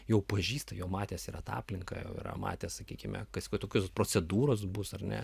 jau pažįstu jo matęs yra ta aplinka yra matęs sakykime kad tokios procedūros bus ar ne